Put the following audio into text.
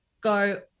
go